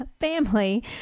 family